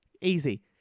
Easy